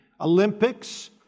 Olympics